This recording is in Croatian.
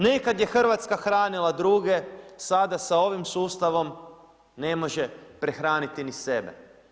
Nekad je Hrvatska hranila druge, sada sa ovim sustavom ne može prehraniti ni sebe.